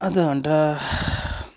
आधा घण्टा